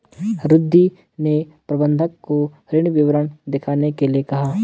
रिद्धी ने प्रबंधक को ऋण विवरण दिखाने के लिए कहा